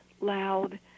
loud